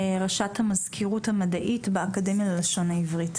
ראש המזכירות המדעית באקדמיה ללשון עברית.